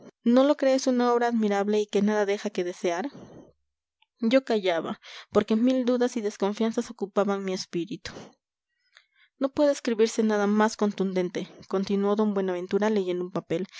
no lo crees una obra admirable y que nada deja que desear yo callaba porque mil dudas y desconfianzas ocupaban mi espíritu no puede escribirse nada más contundente continuó d buenaventura leyendo un papel